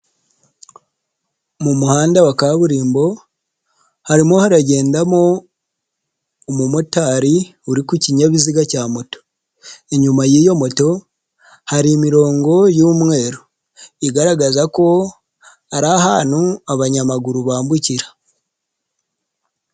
Mu muhanda wa kaburimbo harimo haragendamo umumotari, uri ku kinyabiziga cya moto. Inyuma y'iyo moto, hari imirongo y'umweru, igaragaza ko hari ahantu abanyamaguru bambukira.